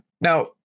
Now